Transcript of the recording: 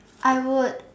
I would